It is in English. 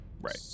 right